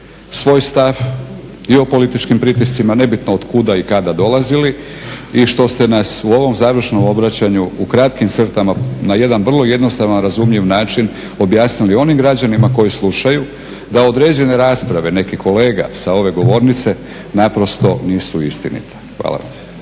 svoj stav i o političkim pritiscima, nebitno otkuda i kada dolazili, i što ste nas u ovom završnom obraćanju u kratkim crtama na jedan vrlo jednostavan razumljiv način objasnili onim građanima koji slušaju da određene rasprave nekih kolega sa ove govornice naprosto nisu istinite. Hvala.